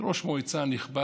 ראש מועצה נכבד,